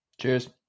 cheers